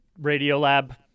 Radiolab